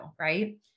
right